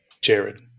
Jared